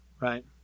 Right